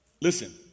Listen